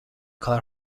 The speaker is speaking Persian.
کار